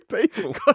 people